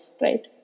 right